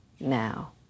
now